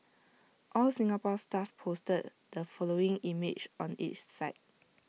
All Singapore Stuff posted the following image on its site